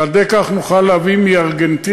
ועל-ידי כך נוכל להביא מארגנטינה,